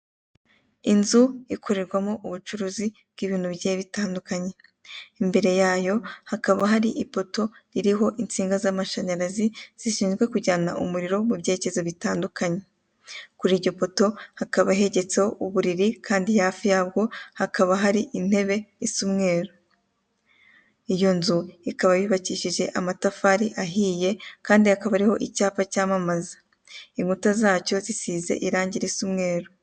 Inzu ikorerwamo ubucuruzi bw'ibintu bigiye bitandukanye